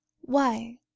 Why